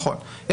נכון,